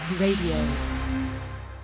Radio